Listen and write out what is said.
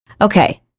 Okay